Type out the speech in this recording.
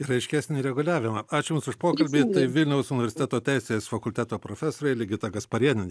ir aiškenį reguliavimą ačiū jums už pokalbį tai vilniaus universiteto teisės fakulteto profesorė ligita gasparėnienė